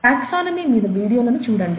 taxonomy మీద వీడియోలను చూడండి